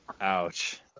Ouch